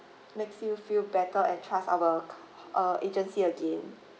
makes you feel better and trust our uh agency again